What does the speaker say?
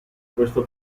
questo